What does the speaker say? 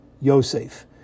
Yosef